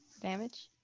damage